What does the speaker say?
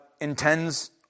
intends